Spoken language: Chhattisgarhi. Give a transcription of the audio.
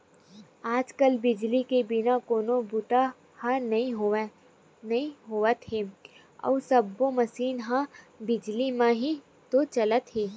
आज कल बिजली के बिना कोनो बूता ह नइ होवत हे अउ सब्बो मसीन ह बिजली म ही तो चलत हे